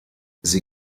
sie